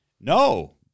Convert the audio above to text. No